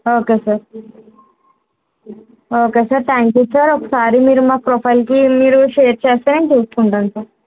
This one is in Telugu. okay sir okay sir thank you sir ఒకసారి మీరు మా ప్రొఫైల్కి మీరు షేర్ చేస్తే మేం చూసుకుంటాం సార్